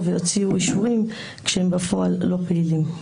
ויוציאו אישורים כשהם בפועל לא פעילים.